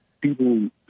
people